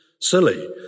silly